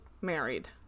married